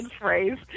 phrase